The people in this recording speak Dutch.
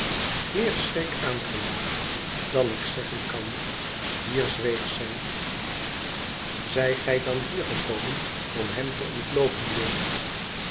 meer schrik aangejaagd dan ik zeggen kan hier zweeg zij zij gij dan hier gekomen om hem te ontloopen